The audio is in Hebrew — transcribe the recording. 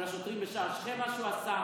על השוטרים בשער שכם, מה שהוא עשה?